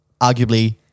arguably